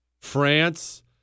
France